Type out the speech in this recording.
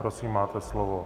Prosím, máte slovo.